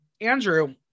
Andrew